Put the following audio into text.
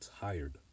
tired